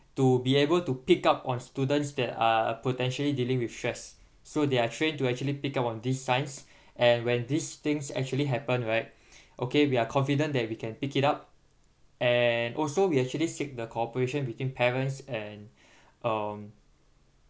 to be able to pick up on students that are uh potentially dealing with stress so they are trained to actually pick up on these signs and when these things actually happen right okay we are confident that we can pick it up and also we actually seek the cooperation between parents and um